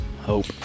Hope